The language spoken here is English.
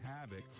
havoc